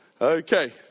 Okay